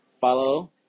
follow